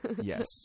yes